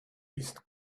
ist